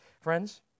Friends